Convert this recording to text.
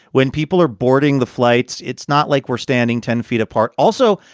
when people are boarding the flights, it's not like we're standing ten feet apart. also,